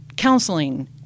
Counseling